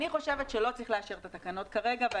אני חושבת שלא צריך לאשר את התקנות כרגע כי